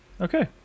Okay